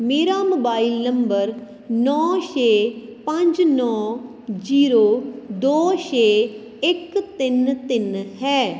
ਮੇਰਾ mobile number ਨੌ ਛੇ ਪੰਜ ਨੌ ਜ਼ੀਰੋ ਦੋ ਛੇ ਇੱਕ ਤਿੰਨ ਤਿੰਨ ਹੈ